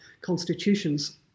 constitutions